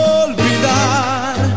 olvidar